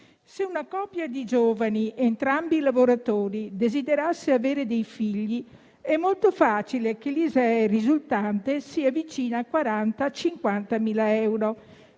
se una coppia di giovani, entrambi lavoratori, desiderasse avere figli, è molto facile che l'ISEE risultante sia vicina a 40.000-50.000 euro